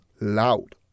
loud